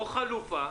או חלופה,